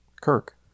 Kirk